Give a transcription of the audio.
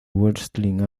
wrestling